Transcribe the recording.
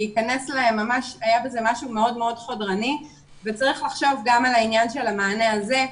היה בזה משהו מאוד מאוד חודרני וצריך לחשוב גם על העניין של המענה הזה.